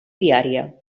viària